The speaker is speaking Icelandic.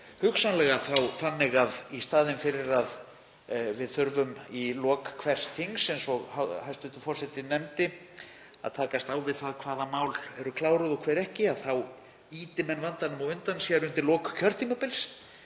hugsanlega þannig að í staðinn fyrir að við þurfum í lok hvers þings, eins og hæstv. forseti nefndi, að takast á við það hvaða mál eru kláruð og hver ekki þá ýti menn vandanum á undan sér undir lok kjörtímabils